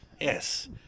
Yes